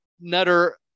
Nutter